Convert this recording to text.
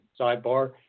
sidebar